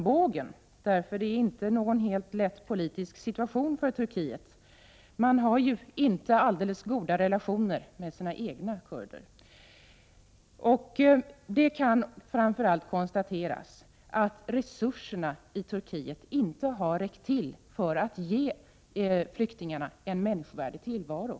1988/89:83 armbågen, eftersom denna politiska situation inte är helt enkel för Turkiet. 17 mars 1989 Turkiet har inte alldeles goda relationer till sina egna kurder. Men det kan : So s Om kurdernas situaframför allt konstateras att resurserna i Turkiet inte har räckt till för att ge. 5 på zu KA ee tioni Turkiet m.fl. länflyktingarna en människovärdig tillvaro.